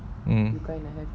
um